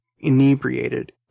inebriated